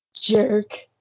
Jerk